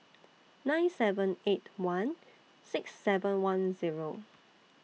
nine seven eight one six seven one Zero